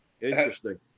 Interesting